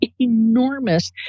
enormous